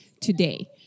today